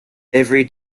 every